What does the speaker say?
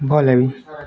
ଭଲ୍ ବି